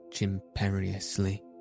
imperiously